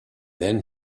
then